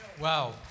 Wow